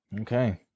Okay